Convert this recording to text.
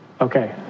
Okay